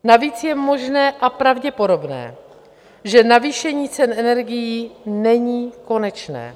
Navíc je možné a pravděpodobné, že navýšení cen energií není konečné.